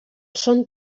són